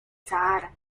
sahara